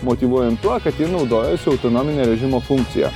motyvuojant tuo kad ji naudojosi autonominio režimo funkcija